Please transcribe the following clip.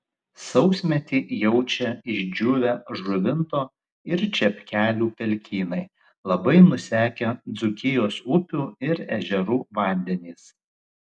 sausmetį jaučia išdžiūvę žuvinto ir čepkelių pelkynai labai nusekę dzūkijos upių ir ežerų vandenys